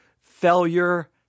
failure